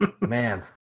Man